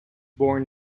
born